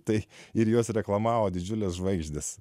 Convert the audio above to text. tai ir juos reklamavo didžiulės žvaigždės